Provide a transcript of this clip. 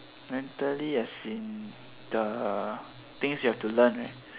mentally as in the things you have to learn